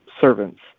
servants